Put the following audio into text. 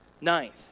Ninth